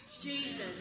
Jesus